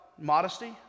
modesty